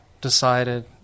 decided